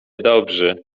dobrzy